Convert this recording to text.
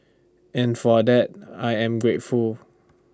and for that I am grateful